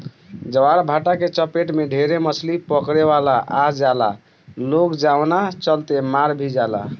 ज्वारभाटा के चपेट में ढेरे मछली पकड़े वाला आ जाला लोग जवना चलते मार भी जाले